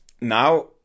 now